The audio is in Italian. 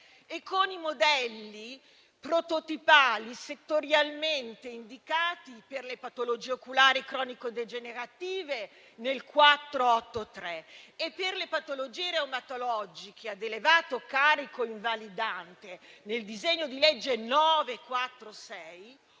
e con i modelli prototipali settorialmente indicati per le patologie oculari cronico-degenerative nel n. 483, e per le patologie reumatologiche ad elevato carico invalidante nel disegno di legge n. 946,